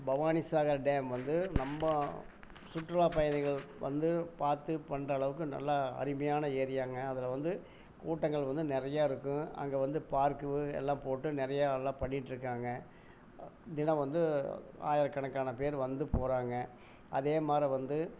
Bhavanisagar dam வந்து நம்ம சுற்றுலா பயணிகள் வந்து பார்த்து பண்ணுற அளவுக்கு நல்லா அருமையான ஏரியாங்க அதில் வந்து கூட்டங்கள் வந்து நிறையா இருக்கும் அங்கே வந்து பார்க்கு எல்லாம் போட்டு நிறையா நல்லா பண்ணிட்டுருக்காங்க தினம் வந்து ஆயிரக்கணக்கான பேர் வந்து போகறாங்க அதே மாரி வந்து